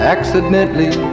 Accidentally